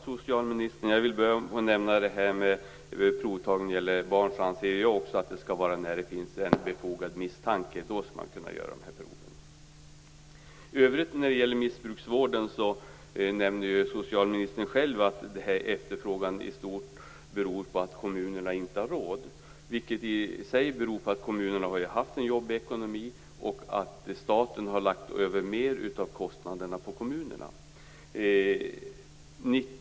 Fru talman! Också jag anser att provtagning på barn skall ske när det finns en befogad misstanke. I övrigt när det gäller missbruksvården nämnde socialministern att den stora efterfrågan beror på att kommunerna inte har råd, vilket i sin tur beror på att kommunerna har haft dålig ekonomi och på att staten har lagt över mera av kostnaderna på kommunerna.